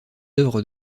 œuvres